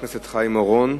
חבר הכנסת חיים אורון?